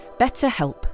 BetterHelp